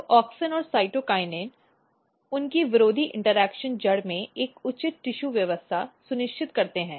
तो ऑक्सिन और साइटोकिनिन उनकी विरोधी इंटरेक्शन जड़ में एक उचित टिशू व्यवस्था सुनिश्चित करती है